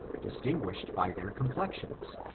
distinguished by their complexions,